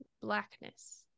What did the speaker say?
blackness